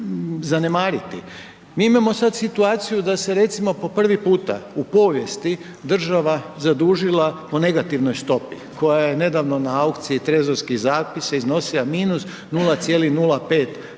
Mi imamo sad situaciju da se recimo po prvi puta u povijesti država zadužila po negativnoj stopi, koja je nedavno na aukciji trezorskih zapisa iznosila -0,05%